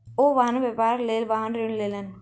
ओ वाहन व्यापारक लेल वाहन ऋण लेलैन